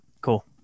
Cool